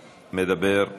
מדבר.